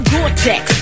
Gore-Tex